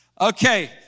Okay